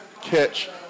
catch